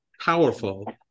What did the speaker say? powerful